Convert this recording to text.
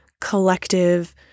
collective